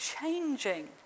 changing